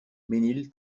ménil